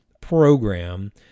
program